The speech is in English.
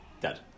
Dead